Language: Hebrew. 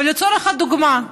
לצורך הדוגמה.